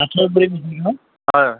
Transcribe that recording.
হয়